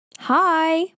hi